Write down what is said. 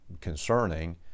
concerning